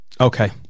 Okay